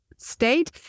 state